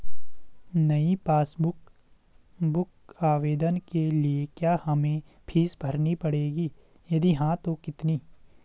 नयी passbook book आवेदन के लिए क्या हमें फीस भरनी पड़ेगी यदि हाँ तो कितनी?